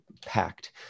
packed